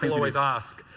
always ask.